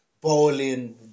bowling